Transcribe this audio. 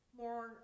more